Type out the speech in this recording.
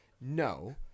No